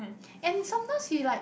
and sometimes he like